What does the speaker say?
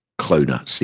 Cloner